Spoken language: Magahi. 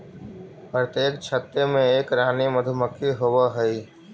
प्रत्येक छत्ते में एक रानी मधुमक्खी होवअ हई